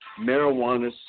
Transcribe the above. marijuana